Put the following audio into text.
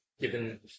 given